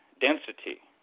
density